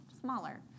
smaller